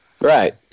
Right